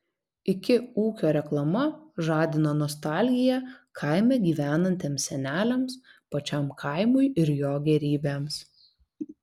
iki ūkio reklama žadino nostalgiją kaime gyvenantiems seneliams pačiam kaimui ir jo gėrybėms